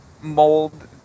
mold